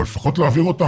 אבל לפחות להעביר אותם.